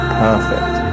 perfect